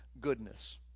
goodness